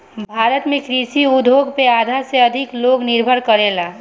भारत में कृषि उद्योग पे आधा से अधिक लोग निर्भर करेला